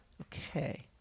Okay